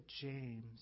James